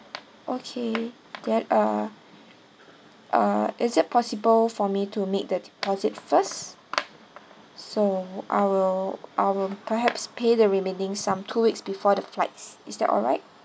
okay there uh uh is it possible for me to make the deposit first so I will I will perhaps pay the remaining sum two weeks before the flights is that alright